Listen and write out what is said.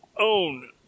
own